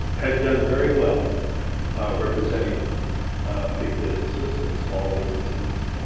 had done very well representing ah big businesses and small businesses.